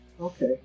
Okay